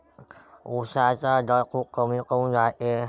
उसाचा दर खूप कमी काऊन रायते?